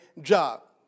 job